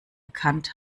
erkannt